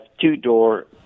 two-door